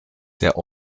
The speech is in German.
der